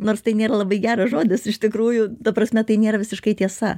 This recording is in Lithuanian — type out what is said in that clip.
nors tai nėra labai geras žodis iš tikrųjų ta prasme tai nėra visiškai tiesa